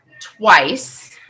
twice